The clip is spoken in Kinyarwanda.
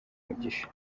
mugisha